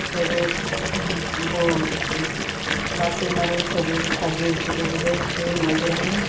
सगळे भौ पासय मारून सगळीं खाजी कितें कितें घेवन मागीर आमी